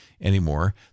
anymore